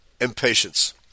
impatience